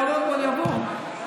ייהרג ובל יעבור.